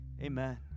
Amen